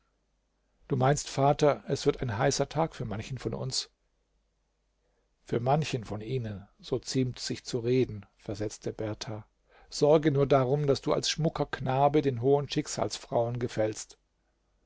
du meinst vater es wird ein heißer tag für manchen von uns für manchen von ihnen so ziemt sich zu reden versetzte berthar sorge nur darum daß du als schmucker knabe den hohen schicksalsfrauen gefällst